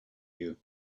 you